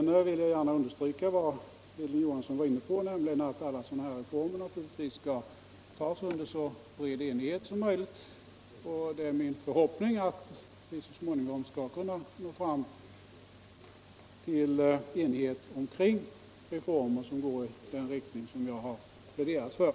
Jag vill gärna understryka vad Hilding Johansson var inne på, nämligen att alla sådana här reformer naturligtvis skall genomföras under så bred enighet som möjligt. Min förhoppning är att vi så småningom skall kunna nå fram till enighet kring reformer som går i den riktning som jag har pläderat för.